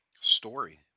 story